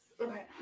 okay